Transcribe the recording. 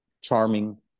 charming